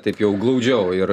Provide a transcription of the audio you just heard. taip jau glaudžiau ir